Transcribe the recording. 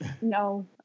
No